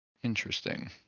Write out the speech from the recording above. interesting